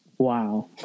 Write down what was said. wow